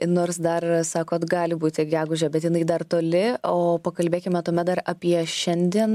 nors dar sakot gali būti gegužę bet jinai dar toli o pakalbėkime tuomet dar apie šiandien